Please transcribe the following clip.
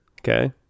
okay